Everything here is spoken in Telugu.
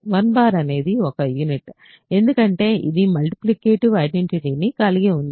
1 అనేది ఒక యూనిట్ ఎందుకంటే ఇది మల్టిప్లికేటివ్ ఐడెంటిటీని కలిగివుంది